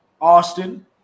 Austin